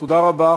תודה רבה.